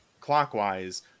clockwise